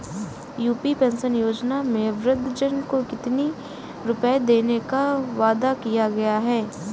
UP pension योजना में वृद्धजन को कितनी रूपये देने का वादा किया गया है?